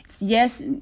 Yes